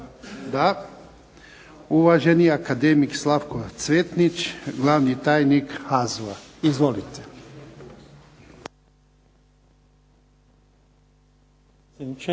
Da. Uvaženi akademik Slavko Cvetnić glavni tajnik HAZU-a. Izvolite.